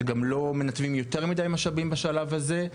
שגם לא מנתבים יותר מדי משאבים בשלב הזה,